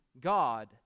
God